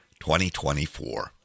2024